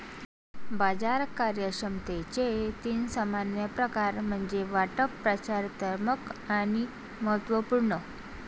बाजार कार्यक्षमतेचे तीन सामान्य प्रकार म्हणजे वाटप, प्रचालनात्मक आणि माहितीपूर्ण